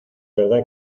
verdad